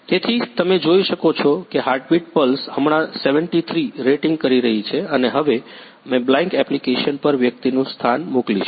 તેથી તમે જોઈ શકો છો કે હાર્ટબીટ પલ્સ હમણાં 73 રેટિંગ કરી રહી છે અને હવે અમે બ્લાઇન્ક એપ્લિકેશન પર વ્યક્તિનું સ્થાન મોકલીશું